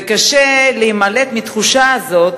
וקשה להימלט מהתחושה הזאת,